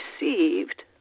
received